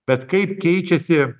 bet kaip keičiasi